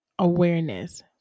awareness